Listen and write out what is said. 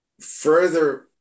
further